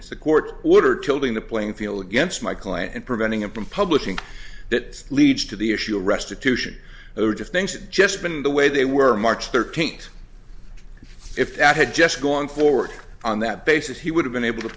it's a court order tilting the playing field against my client and preventing him from publishing that leads to the issue restitution of things that just been the way they were march thirteenth if i had just gone forward on that basis he would have been able to